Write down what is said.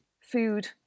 food